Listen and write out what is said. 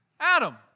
Adam